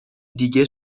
دیگه